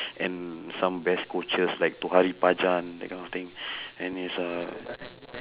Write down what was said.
and some best coaches like that kind of thing and is uh